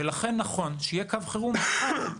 לכן, נכון שיהיה קו חירום אחד,